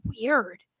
weird